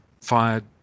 fired